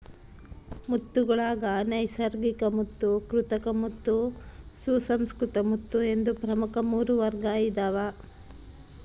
ಮುತ್ತುಗುಳಾಗ ನೈಸರ್ಗಿಕಮುತ್ತು ಕೃತಕಮುತ್ತು ಸುಸಂಸ್ಕೃತ ಮುತ್ತು ಎಂದು ಪ್ರಮುಖ ಮೂರು ವರ್ಗ ಇದಾವ